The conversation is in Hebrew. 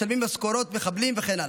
משלמים משכורות למחבלים וכן הלאה.